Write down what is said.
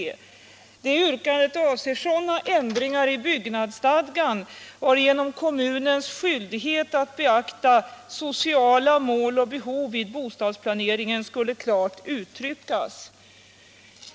Det yrkandet avser sådana ändringar i byggnadsstadgan varigenom kommunens skyldighet att beakta sociala mål och behov vid bostadsplaneringen skulle klart uttryckas.